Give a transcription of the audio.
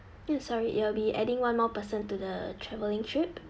you sorry you will be adding one more person to the travelling trip